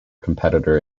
competitor